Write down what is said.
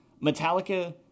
Metallica